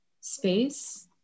space